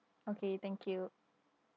okay thank you